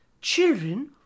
Children